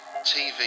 TV